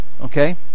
Okay